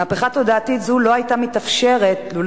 מהפכה תודעתית זו לא היתה מתאפשרת לולא